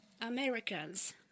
Americans